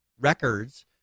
records